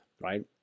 right